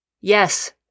Yes